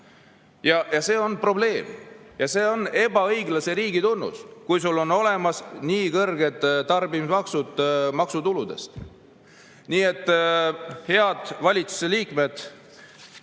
See on probleem. Ja see on ebaõiglase riigi tunnus, kui sul on olemas nii kõrged tarbimismaksud maksutuludes. Nii et head valitsuse liikmed,